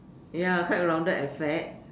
ya quite rounded and fat